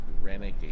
renegade